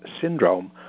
syndrome